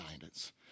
guidance